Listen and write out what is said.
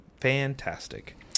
fantastic